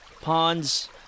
ponds